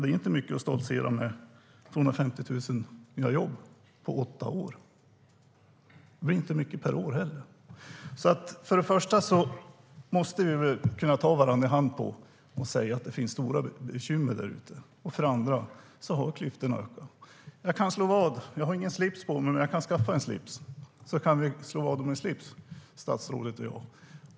Det är inte mycket att stoltsera med 250 000 nya jobb på åtta år. Det är inte mycket per år heller. Vi måste kunna ta varandra i hand och säga för det första att det finns stora bekymmer ute i samhället och för det andra att klyftorna har ökat. Jag har ingen slips på mig, men jag kan skaffa en slips så kan vi slå vad om en slips, statsrådet och jag.